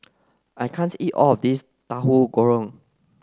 I can't eat all of this Tauhu Goreng